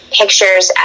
pictures